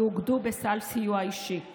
יאוגדו בסל סיוע אישי.